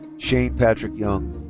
shane patrick young.